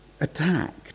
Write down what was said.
attacked